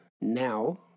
now